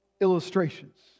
illustrations